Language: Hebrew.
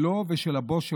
שלו ושל הבוס שלו,